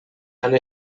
han